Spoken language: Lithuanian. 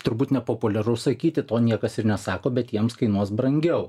turbūt nepopuliaru sakyti to niekas ir nesako bet jiems kainuos brangiau